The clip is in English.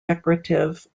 decorative